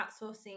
outsourcing